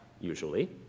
usually